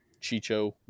Chicho